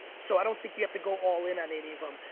so i don't think you have to go all in on any of them.